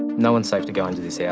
no-one's safe to go into this yeah